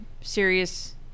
serious